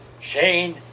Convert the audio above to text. Shane